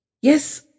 Yes